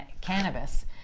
cannabis